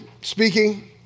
speaking